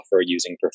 using